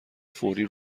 فوری